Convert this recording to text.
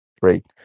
Great